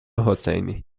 حسینی